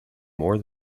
more